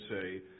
say